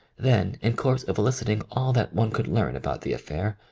then, in course of eliciting all that one could learn about the affair,